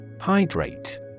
Hydrate